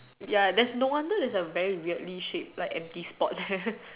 ya there's no wonder there's a very weirdly shape like empty spot there